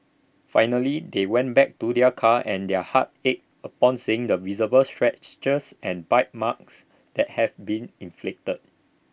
finally they went back to their car and their hearts ached upon seeing the visible scratches and bite marks that had been inflicted